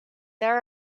there